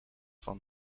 van